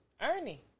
Ernie